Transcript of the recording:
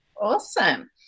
Awesome